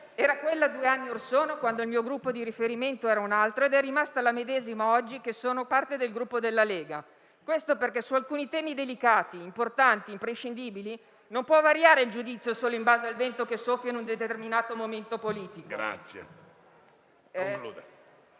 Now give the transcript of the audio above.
Era quella due anni or sono, quando il mio Gruppo di riferimento era un altro, ed è rimasta la medesima oggi, che sono parte del Gruppo Lega. Questo perché, su alcuni temi delicati, importanti e imprescindibili non può variare il giudizio solo in base al vento che soffia in un determinato momento politico. PRESIDENTE.